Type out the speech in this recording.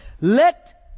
Let